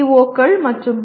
ஓக்கள் மற்றும் பி